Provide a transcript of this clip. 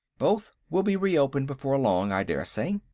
both will be reopened before long, i daresay.